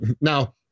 Now